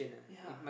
ya